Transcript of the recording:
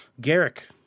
Garrick